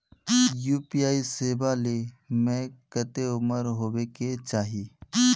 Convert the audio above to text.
UPI सेवा ले में कते उम्र होबे के चाहिए?